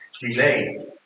Delay